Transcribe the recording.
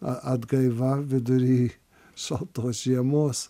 atgaiva vidury šaltos žiemos